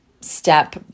step